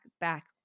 back